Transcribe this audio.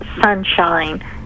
sunshine